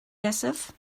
nesaf